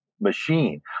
machine